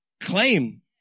claim